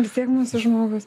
vis tiek mūsų žmogui